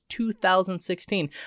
2016